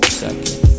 second